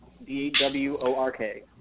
D-W-O-R-K